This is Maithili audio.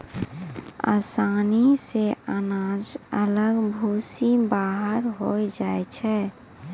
ओसानी से अनाज अलग भूसी बाहर होय जाय छै